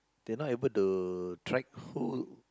they're not able to track who